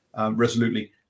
resolutely